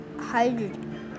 hydrogen